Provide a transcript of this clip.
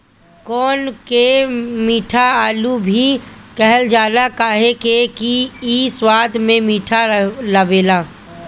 कोन के मीठा आलू भी कहल जाला काहे से कि इ स्वाद में मीठ लागेला